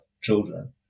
children